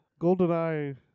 GoldenEye